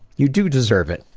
you do deserve it.